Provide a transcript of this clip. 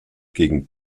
gegen